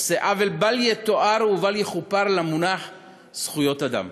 עושה עוול בל יתואר ובל יכופר למונח זכויות אדם.